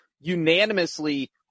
unanimously